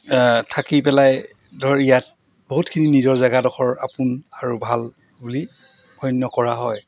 থাকি পেলাই ধৰক ইয়াত বহুতখিনি নিজৰ জেগাডোখৰ আপোন আৰু ভাল বুলি গণ্য কৰা হয়